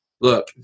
look